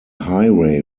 highway